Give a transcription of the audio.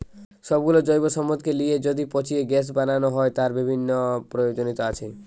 সব গুলো জৈব সম্পদকে লিয়ে যদি পচিয়ে গ্যাস বানানো হয়, তার বিভিন্ন প্রয়োজনীয়তা আছে